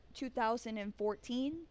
2014